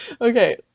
Okay